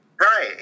right